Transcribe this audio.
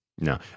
No